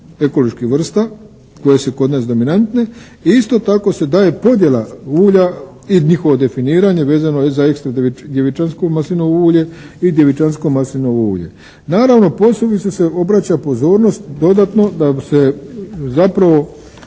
ekoloških vrsta koje su kod nas dominantne i isto tako se daje podjela ulja i njihovo definiranje vezano je za ekstra djevičansko maslinovo ulje i djevičansko maslinovo ulje. Naravno, posebice se obraća pozornost dodatno, da se zapravo